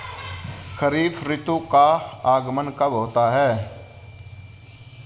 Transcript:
खरीफ ऋतु का आगमन कब होता है?